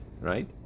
right